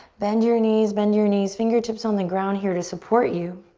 bend your knees, bend your knees. fingertips on the ground here to support you.